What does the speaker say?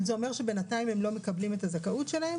אבל זה אומר שבינתיים הם לא מקבלים את הזכאות שלהם?